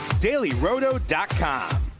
dailyroto.com